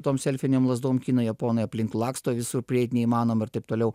tom selfinėm lazdom kinai japonai aplink laksto visur prieit neįmanoma ir taip toliau